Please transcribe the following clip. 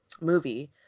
movie